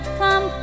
come